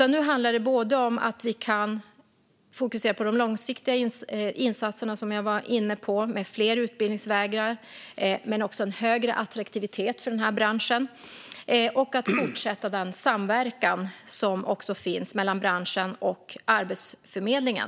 Nu handlar det om att både fokusera på de långsiktiga insatser som jag var inne på, med fler utbildningsvägar men också en högre attraktivitet för den här branschen, och fortsätta den samverkan som finns mellan branschen och Arbetsförmedlingen.